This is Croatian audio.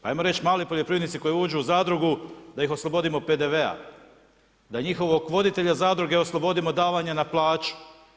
Ajmo reć mali poljoprivrednici koji uđu u zadrugu da ih oslobodimo PDV-a, da njihovog voditelja zadruge oslobodimo davanja na plaću.